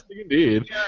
indeed